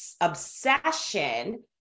obsession